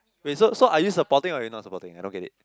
wait so so are you supporting or you not supporting I don't get it